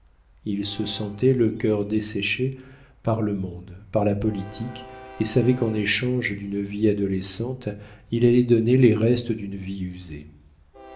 il se sentait le cœur desséché par le monde par la politique et savait qu'en échange d'une vie adolescente il allait donner les restes d'une vie usée